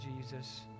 Jesus